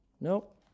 Nope